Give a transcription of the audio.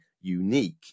unique